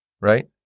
right